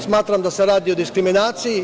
Smatram da se radi o diskriminaciji.